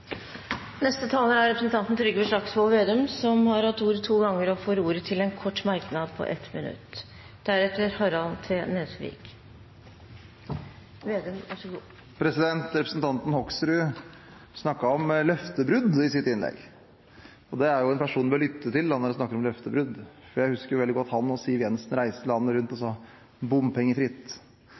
Representanten Trygve Slagsvold Vedum har hatt ordet to ganger tidligere og får ordet til en kort merknad, begrenset til 1 minutt. Representanten Hoksrud snakket om løftebrudd i sitt innlegg, og det er jo en person man bør lytte til når det er snakk om løftebrudd. Jeg husker veldig